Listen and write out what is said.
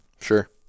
sure